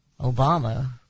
Obama